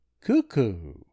cuckoo